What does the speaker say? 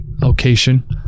location